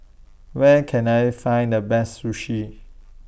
Where Can I Find The Best Sushi